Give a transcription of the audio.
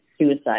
suicide